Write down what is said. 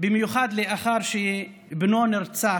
במיוחד לאחר שבנו נרצח,